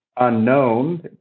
unknown